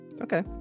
okay